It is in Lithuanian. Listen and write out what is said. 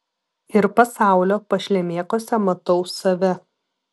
ir pasaulio pašlemėkuose matau save